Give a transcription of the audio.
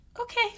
okay